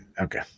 okay